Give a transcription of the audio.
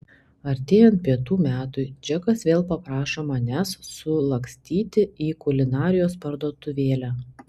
artėjant pietų metui džekas vėl paprašo manęs sulakstyti į kulinarijos parduotuvėlę